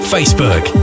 Facebook